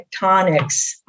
tectonics